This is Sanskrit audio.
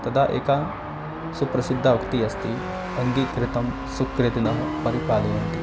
तदा एका सुप्रसिद्धा उक्तिः अस्ति अङ्गीकृतं सुकृतिनः परिपालयन्ति